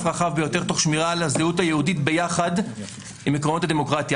רחב ביותר תוך שמירה על הזהות היהודית יחד עם עקרונות הדמוקרטיה.